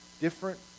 Different